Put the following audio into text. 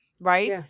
right